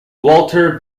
walter